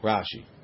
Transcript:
Rashi